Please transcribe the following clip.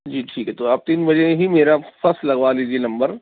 جی ٹھیک ہے تو آپ تین بجے ہی میرا فسٹ لگوا لیجیے نمبر